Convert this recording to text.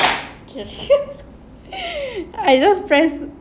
cars ships I just friends